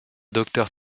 docteur